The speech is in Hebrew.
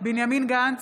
בנימין גנץ,